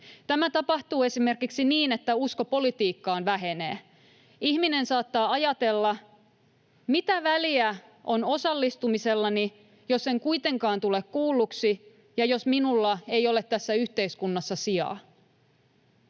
Tämä tapahtuu esimerkiksi niin, että usko politiikkaan vähenee. Ihminen saattaa ajatella: mitä väliä on osallistumisellani, jos en kuitenkaan tule kuulluksi ja jos minulla ei ole tässä yhteiskunnassa sijaa?